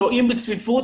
שוהים בצפיפות,